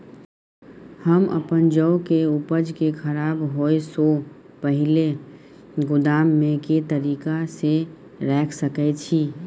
हम अपन जौ के उपज के खराब होय सो पहिले गोदाम में के तरीका से रैख सके छी?